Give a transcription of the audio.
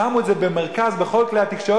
שמו את זה במרכז בכל כלי התקשורת,